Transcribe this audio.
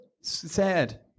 sad